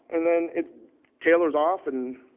and then it tailors off. and